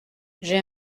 j’ai